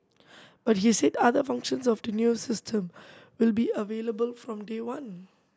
but he said other functions of the new system will be available from day one